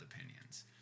opinions